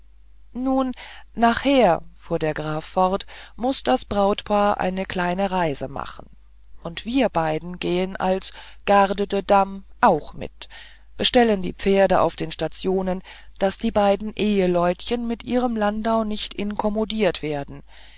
nun nachher fuhr der graf fort muß das brautpaar eine kleine reise machen und wir beide gehen als garde de dame auch mit bestellen die pferde auf den stationen daß die jungen eheleutchen in ihrem landau nicht inkommodiert werden